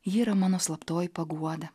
ji yra mano slaptoji paguoda